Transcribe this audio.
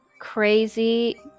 crazy